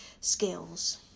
skills